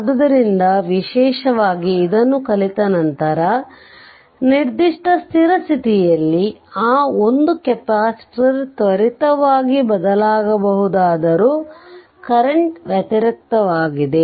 ಆದ್ದರಿಂದ ವಿಶೇಷವಾಗಿ ಇದನ್ನು ಕಲಿತ ನಂತರ ನಿರ್ದಿಷ್ಟ ಸ್ಥಿರ ಸ್ಥಿತಿಯಲ್ಲಿ ಆ ಒಂದು ಕೆಪಾಸಿಟರ್ ತ್ವರಿತವಾಗಿ ಬದಲಾಗಬಹುದಾದರೂ ಕರೆಂಟ್ ವ್ಯತಿರಿಕ್ತವಾಗಿದೆ